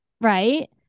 Right